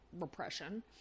repression